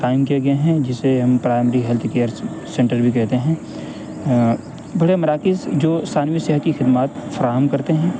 قائم کیے گئے ہیں جسے ہم پرائمری ہیلتھ کیئرس سینٹر بھی کہتے ہیں برے مراکز جو ثانوی صحت کی خدمات فراہم کرتے ہیں